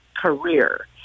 career